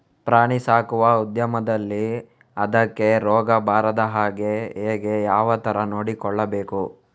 ಪ್ರಾಣಿ ಸಾಕುವ ಉದ್ಯಮದಲ್ಲಿ ಅದಕ್ಕೆ ರೋಗ ಬಾರದ ಹಾಗೆ ಹೇಗೆ ಯಾವ ತರ ನೋಡಿಕೊಳ್ಳಬೇಕು?